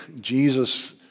Jesus